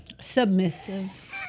Submissive